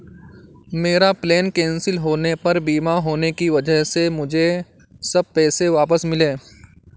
मेरा plane cancel होने पर बीमा होने की वजह से मुझे सब पैसे वापस मिले